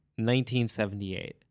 1978